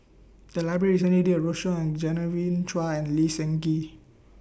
The Library recently did A roadshow on Genevieve Chua and Lee Seng Gee